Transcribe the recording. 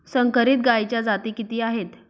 संकरित गायीच्या जाती किती आहेत?